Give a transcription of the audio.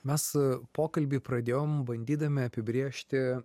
mes pokalbį pradėjom bandydami apibrėžti